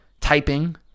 typing